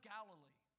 Galilee